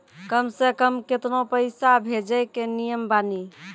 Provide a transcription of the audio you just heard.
कम से कम केतना पैसा भेजै के नियम बानी?